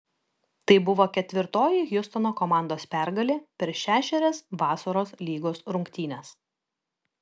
tai buvo ketvirtoji hjustono komandos pergalė per šešerias vasaros lygos rungtynes